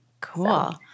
cool